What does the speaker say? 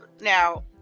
now